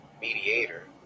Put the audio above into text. mediator